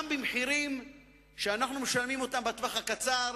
גם במחירים שאנחנו משלמים בטווח הקצר